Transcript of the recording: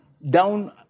down